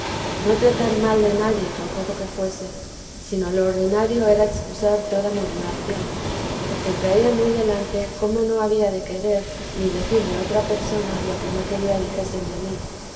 no tratar mal de nadie por poco que fuese sino lo ordinario era excusar toda murmuración porque traía muy delante cómo no había de querer ni decir de otra persona lo que no quería dijesen de mí